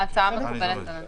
ההצעה מקובלת עלינו.